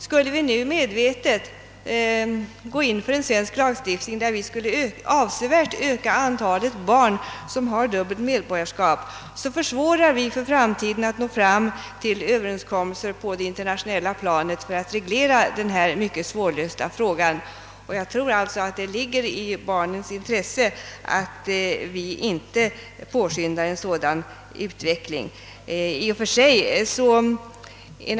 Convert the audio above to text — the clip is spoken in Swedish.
Skulle vi nu medvetet gå in för en svensk lagstiftning som avsevärt skulle öka antalet barn med dubbelt medborgarskap, skulle vi göra det svårare att i framtiden nå fram till överenskommelser på det internationella planet för att reglera denna mycket svårlösta fråga. Jag tror att det ligger i barnens eget intresse att vi inte påskyndar en sådan utveckling.